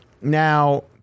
Now